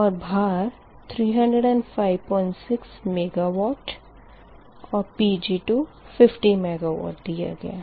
और भार 3056 मेगावाट और Pg2 50 मेगावॉट दिया गया है